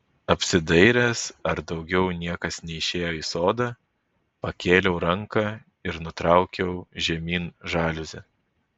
apsidairęs ar daugiau niekas neišėjo į sodą pakėliau ranką ir nutraukiau žemyn žaliuzę